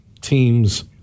teams